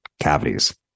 cavities